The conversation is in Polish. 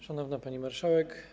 Szanowna Pani Marszałek!